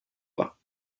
pas